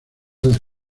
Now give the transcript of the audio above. del